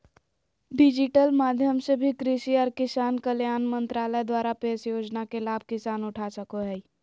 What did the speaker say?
digital माध्यम से भी कृषि आर किसान कल्याण मंत्रालय द्वारा पेश योजना के लाभ किसान उठा सको हय